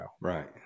Right